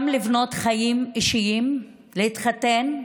גם לבנות חיים אישיים, להתחתן,